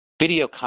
video